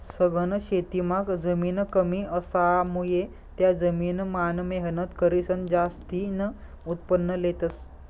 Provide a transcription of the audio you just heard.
सघन शेतीमां जमीन कमी असामुये त्या जमीन मान मेहनत करीसन जास्तीन उत्पन्न लेतस